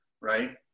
right